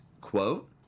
quote